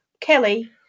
Kelly